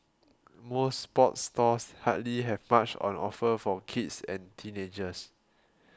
most sports stores hardly have much on offer for kids and teenagers